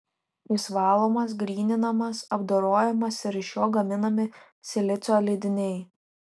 jis valomas gryninamas apdorojamas ir iš jo gaminami silicio lydiniai